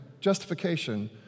justification